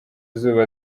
izuba